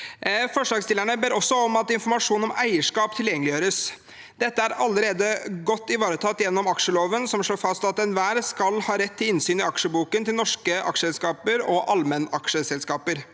Forslagsstillerne ber også om at informasjon om eierskap tilgjengeliggjøres. Dette er allerede godt ivaretatt gjennom aksjeloven, som slår fast at enhver skal ha rett til innsyn i aksjeboken til norske aksjeselskaper og allmennaksjeselskaper.